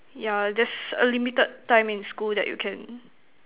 yeah there's a limited time in school that you can